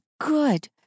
good